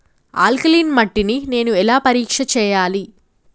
Alkaline మట్టి ని నేను ఎలా పరీక్ష చేయాలి?